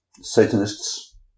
Satanists